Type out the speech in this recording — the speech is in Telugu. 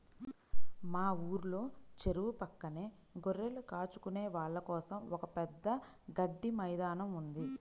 మా ఊర్లో చెరువు పక్కనే గొర్రెలు కాచుకునే వాళ్ళ కోసం ఒక పెద్ద గడ్డి మైదానం ఉంది